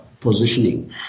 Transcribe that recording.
positioning